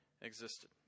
existed